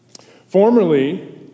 Formerly